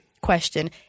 question